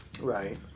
Right